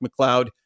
McLeod